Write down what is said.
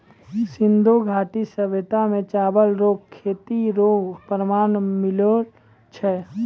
सिन्धु घाटी सभ्यता मे चावल रो खेती रो प्रमाण मिललो छै